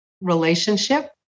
relationship